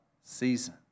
season